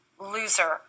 loser